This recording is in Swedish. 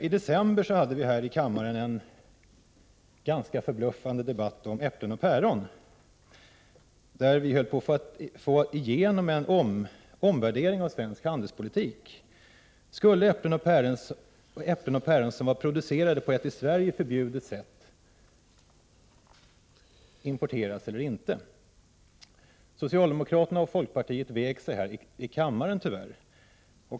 I december hade vi en ganska förbluffande debatt här i kammaren om äpplen och päron, där vi höll på att få igenom en omvärdering av svensk handelspolitik. Det gällde om äpplen och päron som var producerade på ett i Sverige förbjudet sätt skulle få importeras eller inte. Socialdemokraterna och folkpartiet vek sig tyvärr här i kammaren.